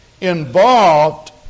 involved